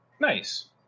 Nice